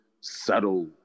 subtle